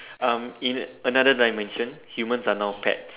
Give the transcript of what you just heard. um in another dimension humans are now pets